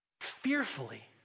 Fearfully